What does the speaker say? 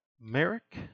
Merrick